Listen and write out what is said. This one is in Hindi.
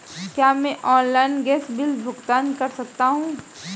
क्या मैं ऑनलाइन गैस बिल का भुगतान कर सकता हूँ?